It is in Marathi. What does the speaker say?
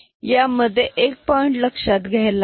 यामध्ये एक पॉईंट लक्षात घ्यायला हवा